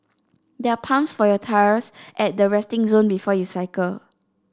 there are pumps for your tyres at the resting zone before you cycle